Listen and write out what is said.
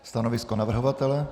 Stanovisko navrhovatele?